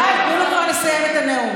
די, תנו לו כבר לסיים את הנאום.